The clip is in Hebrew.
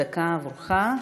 דקה עבורך.